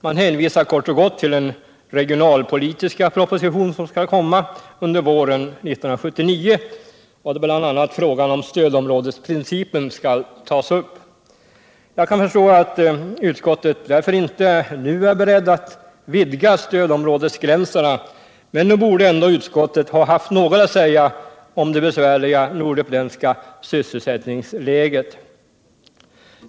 Man hänvisar kort och gott till den regionalpolitiska propositionen som skall komma under våren 1979 och där bl.a. frågan om stödområdesprincipen skall tas upp. Jag kan förstå att utskottet därför inte nu är berett att vidga stödområdesgränserna, men nog borde utskottet ändå ha haft något att säga om det besvärliga norduppländska sysselsättningsläget.